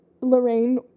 Lorraine